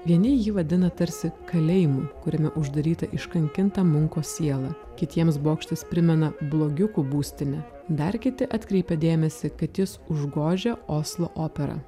vieni jį vadina tarsi kalėjimu kuriame uždaryta iškankinta munko siela kitiems bokštas primena blogiukų būstinę dar kiti atkreipė dėmesį kad jis užgožia oslo operą